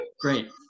Great